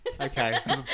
Okay